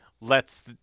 lets